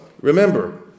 Remember